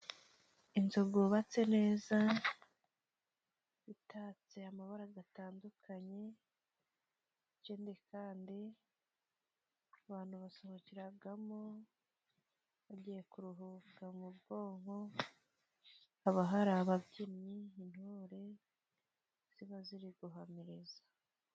Inzu gubatse neza, itatse amabara gatandukanye, ikindi kandi, abantu basohokeragamo bagiye kuruhuka mu bwonko, haba hari ababyinnyi, intore ziba ziri guhamiriza.